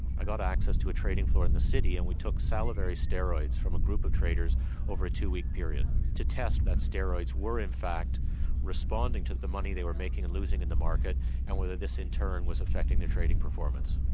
i got access to a trading floor in the city and we took salivary steroids from a group of traders over a two-week period to test that steroids were in fact responding to the money they were making and losing in the market and whether this in turn was affecting their trading performance.